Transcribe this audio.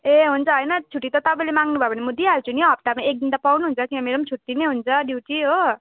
ए हुन्छ होइन छुट्टी त तपाईँले माग्नुभयो भने म दिइहाल्छु नि हप्ताको एकदिन त पाउनुहुन्छ किन मेरो पनि छुट्टी नै हुन्छ ड्युटी हो